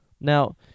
Now